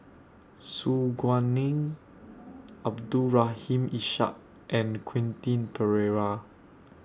Su Guaning Abdul Rahim Ishak and Quentin Pereira